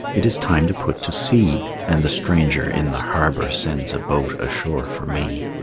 it is time to put to sea, and the stranger in the harbor sends a boat ashore for me.